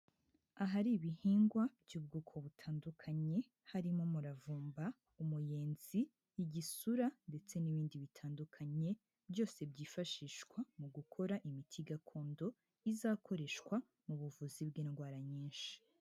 Ahari ibihingwa by'ubwoko butandukanye harimo umuravumba, umuyenzi, igisura, ndetse n'ibindi bitandukanye, byose byifashishwa mu gukora imiti gakondo izakoreshwa mu buvuzi bw'indwara nyinshi.